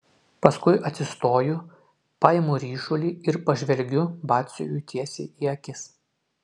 paskui atsistoju paimu ryšulį ir pažvelgiu batsiuviui tiesiai į akis